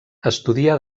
estudia